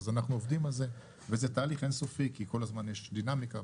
אז אנחנו עובדים על זה וזה תהליך אינסופי כי כל הזמן יש דינמיקה,